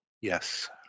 Yes